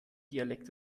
dialekt